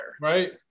Right